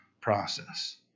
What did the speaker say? process